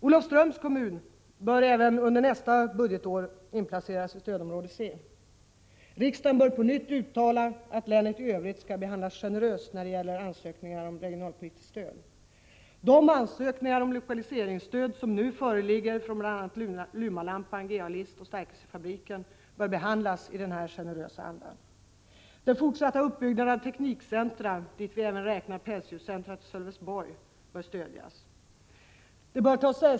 Olofströms kommun bör även under nästa budgetår inplaceras i stödområde C. Riksdagen bör på nytt uttala att länet i övrigt bör behandlas generöst när det gäller ansökningar om regionalpolitiskt stöd. De ansökningar om lokaliseringsstöd som nu föreligger från bl.a. Lumalampan, GA-list och Stärkelsen bör behandlas i denna generösa anda. Den fortsatta uppbyggnaden av teknikcentra, dit vi även räknar pälsdjurscentret i Sölvesborg, bör stödjas.